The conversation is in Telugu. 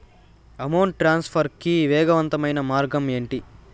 అమౌంట్ ట్రాన్స్ఫర్ కి వేగవంతమైన మార్గం ఏంటి